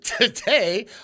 Today